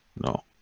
No